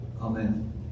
Amen